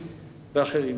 כלכליים ואחרים,